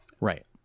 Right